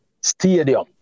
Stadium